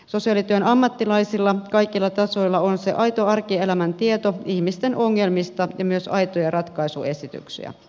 sosiaalityön ammattilaisilla kaikilla tasoilla on se aito arkielämän tieto ihmisten ongelmista ja myös aitoja ratkaisuesityksiä